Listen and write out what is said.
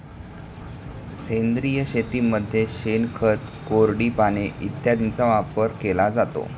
सेंद्रिय शेतीमध्ये शेणखत, कोरडी पाने इत्यादींचा वापर केला जातो